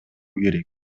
керек